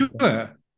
Sure